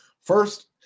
first